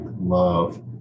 love